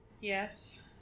Yes